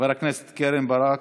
חברת הכנסת קרן ברק,